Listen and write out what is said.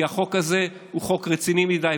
כי החוק הזה הוא חוק רציני מדי.